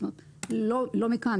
לא מכאן,